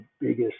biggest